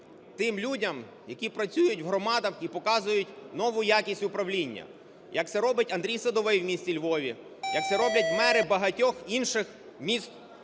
тим людям, які працюють в громадах і показують нову якість управління, як це робить Андрій Садовий в місті Львові, як це роблять мери багатьох інших міст